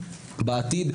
בעתיד,